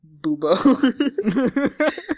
boobo